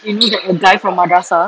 you know that a guy from madrasah